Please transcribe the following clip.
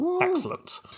Excellent